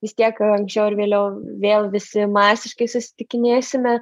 vis tiek anksčiau ar vėliau vėl visi masiškai susitikinėsime